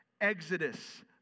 Exodus